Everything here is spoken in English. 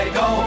go